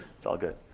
it's all good.